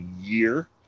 year